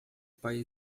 pai